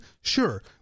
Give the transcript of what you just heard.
Sure